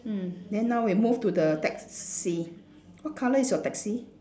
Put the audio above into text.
mm then now we move to the taxi what colour is your taxi